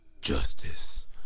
justice